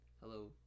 Hello